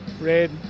red